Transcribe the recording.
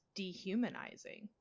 dehumanizing